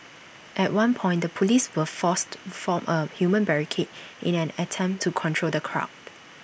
at one point the Police were forced to form A human barricade in an attempt to control the crowd